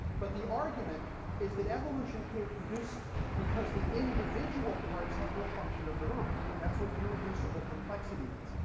but the argument is that evolution can't produce them because the individual parts have no function of their own. that's what irreducible complexity means.